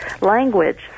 Language